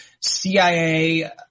CIA